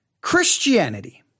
Christianity